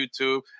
YouTube